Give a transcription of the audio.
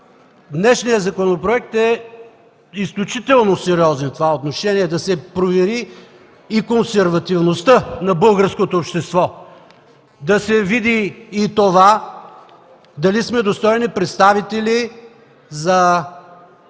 днешният законопроект е изключително сериозен в това отношение – да се провери и консервативността на българското общество, да се види и това дали сме достойни представители за